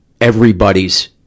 everybody's